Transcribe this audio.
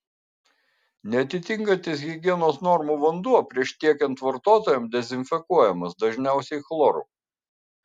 neatitinkantis higienos normų vanduo prieš tiekiant vartotojams dezinfekuojamas dažniausiai chloru